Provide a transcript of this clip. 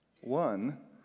One